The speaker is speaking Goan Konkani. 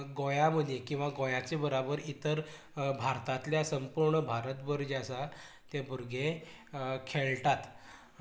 गोंया मदीं किंवां गोंयाच्या बराबर इतर भारतातल्या संपूर्ण भारत भर जे आसा ते भुरगे खेळटात